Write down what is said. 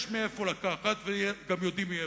יש מאיפה לקחת, וגם יודעים מאיפה.